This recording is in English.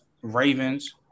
Ravens